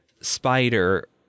Spider